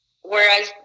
whereas